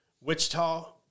Wichita